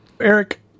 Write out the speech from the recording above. Eric